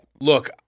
Look